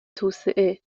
توسعه